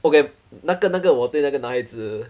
okay 那个那个我对那个男孩子